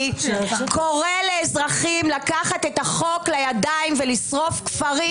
קורא לאזרחים לקחת את החוק לידיים ולשרוף כפרים.